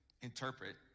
interpret